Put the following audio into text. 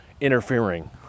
interfering